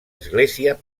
església